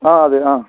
ആ അതെ ആ